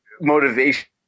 motivation